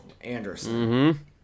anderson